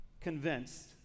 convinced